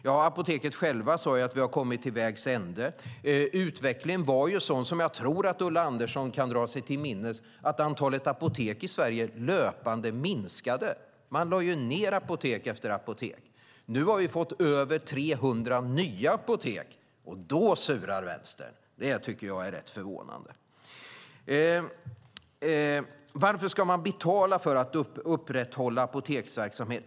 Ja, Apoteket självt sade att man hade kommit till vägs ände. Utvecklingen var sådan, som jag tror att Ulla Andersson kan dra sig till minnes, att antalet apotek i Sverige löpande minskade; man lade ned apotek efter apotek. Nu har vi fått över 300 nya apotek, och då surar vänstern. Det tycker jag är rätt förvånande. Varför ska man betala för att upprätthålla apoteksverksamhet?